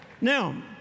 Now